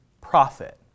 profit